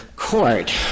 Court